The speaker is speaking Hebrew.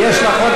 אתה מכחיד את